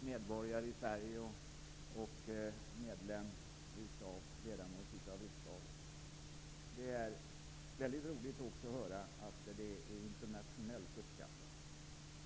medborgare i Sverige och ledamot av riksdagen få instämma i det. Det är också väldigt roligt att höra att insatserna är internationellt uppskattade.